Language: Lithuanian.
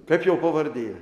kaip jo pavardė